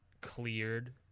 cleared